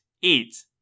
eat